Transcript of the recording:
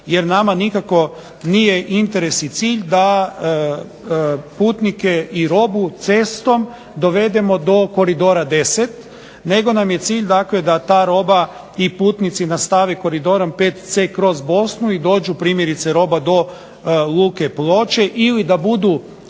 jer nama nikako nije interes i cilj da putnike i robu cestom dovedemo do Koridora X nego nam je cilj dakle da ta roba i putnici nastave Koridorom VC kroz Bosnu i dođu primjerice roba do Luke Ploče ili da budu